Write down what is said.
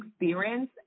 experience